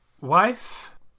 wife